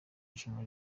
irushanwa